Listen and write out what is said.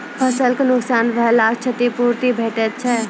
फसलक नुकसान भेलाक क्षतिपूर्ति भेटैत छै?